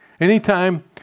Anytime